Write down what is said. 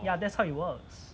ya that's how it works